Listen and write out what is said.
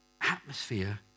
Atmosphere